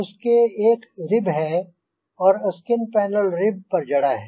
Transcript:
उसके एक रिब है और स्किन पैनल रिब पर जड़ा है